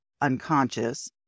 unconscious